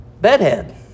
bedhead